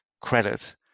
credit